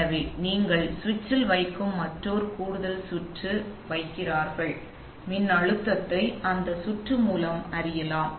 எனவே நீங்கள் சுவிட்சில் வைக்கும் மற்றொரு கூடுதல் சுற்று ஒன்றை வைக்கிறீர்கள் எனவே மின்னழுத்தத்தை அந்த சுற்று மூலம் அறியலாம்